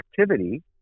activity